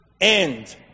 end